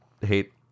hate